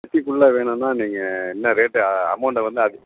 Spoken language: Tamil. சிட்டிக்குள்ளே வேணுன்னா நீங்கள் இன்ன ரேட்டு அமௌண்ட்டே வந்து அது